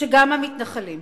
שגם המתנחלים,